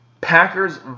Packers